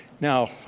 Now